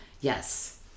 Yes